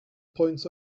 points